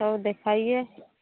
तो दिखाइये